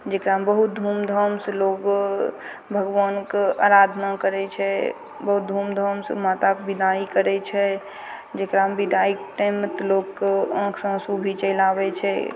जेकरामे बहुत धुमधाम से लोग भगवानके अराधना करै छै बहुत धुमधाम सँ माताक बिदाइ करै छै जेकरामे बिदाइके टाइममे तऽ लोगके आँखि से आसु भी चैलि आबै छै